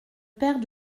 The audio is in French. paire